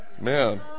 Man